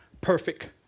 perfect